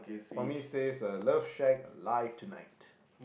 for me says uh love shag live tonight